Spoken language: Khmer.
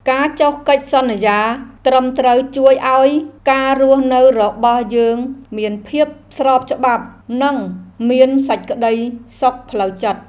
ការចុះកិច្ចសន្យាត្រឹមត្រូវជួយឱ្យការរស់នៅរបស់យើងមានភាពស្របច្បាប់ និងមានសេចក្តីសុខផ្លូវចិត្ត។